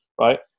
right